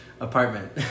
apartment